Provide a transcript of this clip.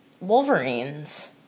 Wolverine's